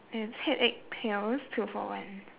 it's headache pills two for one